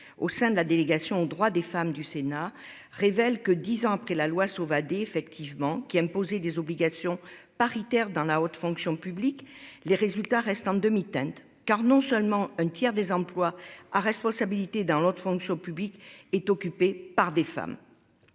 Au sein de la délégation aux droits des femmes du Sénat révèle que 10 ans après la loi Sauvadet effectivement qui imposé des obligations paritaire dans la haute fonction publique, les résultats restent en demi-teinte. Car non seulement un tiers des emplois à responsabilité dans l'autre fonction publique est occupé par des femmes.